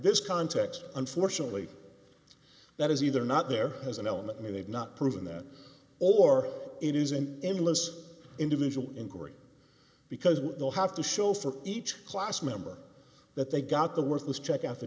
this context unfortunately that is either not there is an element in they've not proven that or it is an endless individual inquiry because we'll have to show for each class member that they got the worthless check out the